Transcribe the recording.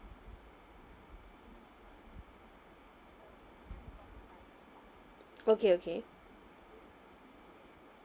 okay okay